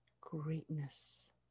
greatness